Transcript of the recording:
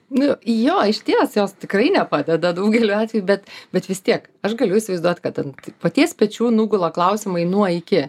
nu jo išties jos tikrai nepadeda daugeliu atvejų bet bet vis tiek aš galiu įsivaizduot kad ant paties pečių nugula klausimai nuo iki